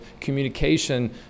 communication